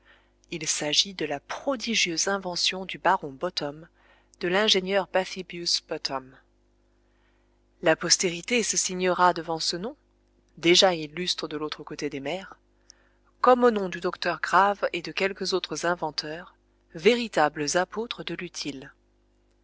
il s'agit de la prodigieuse invention du baron bottom de l'ingénieur bathybius bottom la postérité se signera devant ce nom déjà illustre de l'autre côté des mers comme au nom du docteur grave et de quelques autres inventeurs véritables apôtres de l'utile